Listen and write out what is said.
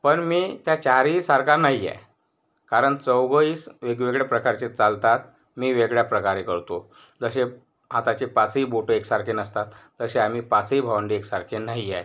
पण मी त्या चारहीसारखा नाही आहे कारण चौघंही स वेगवेगळे प्रकारचे चालतात मी वेगळ्या प्रकारे करतो जसे हाताचे पाचही बोटं एकसारखे नसतात तसे आम्ही पाचही भावंडे एकसारखे नाही आहे